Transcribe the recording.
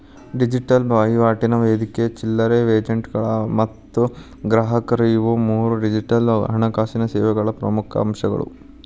digital ವಹಿವಾಟಿನ ವೇದಿಕೆ ಚಿಲ್ಲರೆ ಏಜೆಂಟ್ಗಳು ಮತ್ತ ಗ್ರಾಹಕರು ಇವು ಮೂರೂ ಡಿಜಿಟಲ್ ಹಣಕಾಸಿನ್ ಸೇವೆಗಳ ಪ್ರಮುಖ್ ಅಂಶಗಳು